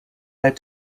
out